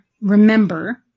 remember